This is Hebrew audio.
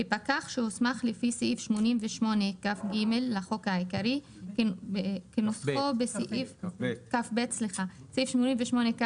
כפקח שהוסמך לפי סעיף 88כב לחוק העיקרי כנוסחו בסעיף 24